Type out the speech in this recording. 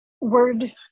word